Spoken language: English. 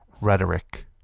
rhetoric